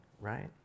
right